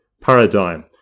paradigm